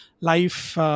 life